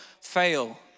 fail